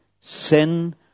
sin